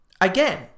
again